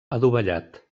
adovellat